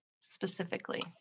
specifically